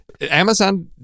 Amazon